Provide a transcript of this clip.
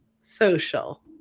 social